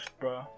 bro